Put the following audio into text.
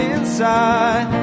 Inside